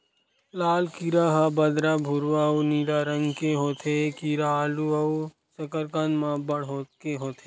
लाल कीरा ह बहरा भूरवा अउ नीला रंग के होथे ए कीरा आलू अउ कसरकंद म अब्बड़ के होथे